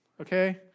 Okay